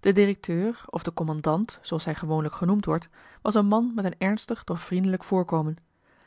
de directeur of de kommandant zooals hij gewoonlijk genoemd wordt was een man met een ernstig doch vriendelijk voorkomen